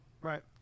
right